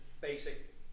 basic